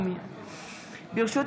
הקליטה והתפוצות,